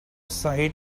side